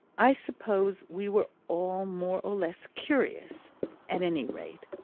i suppose we were all more or less curious at any rate,